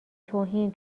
توهین